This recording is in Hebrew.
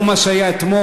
לא על מה שהיה אתמול,